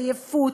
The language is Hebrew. עייפות,